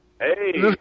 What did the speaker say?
Hey